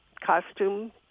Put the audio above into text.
costume